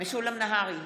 משולם נהרי,